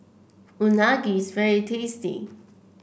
Unagi is very tasty